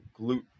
glute